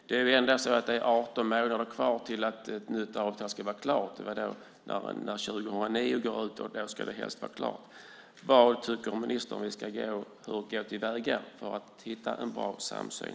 Det är ändå 18 månader kvar till att ett nytt avtal ska vara klart - när 2009 går ut ska det helst vara klart. Hur tycker ministern att vi ska gå till väga för att hitta en bra samsyn?